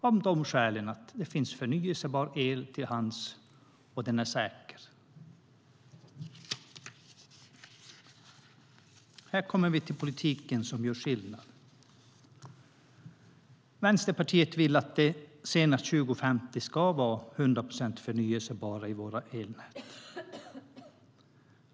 Skälen är att det finns förnybar el till hands och att elen är säker. Här kommer vi till politiken som gör skillnad. Vänsterpartiet vill att det senast 2050 ska vara 100 procent förnybart i våra elverk.